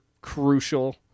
crucial